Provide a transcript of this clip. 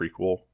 prequel